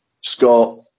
Scott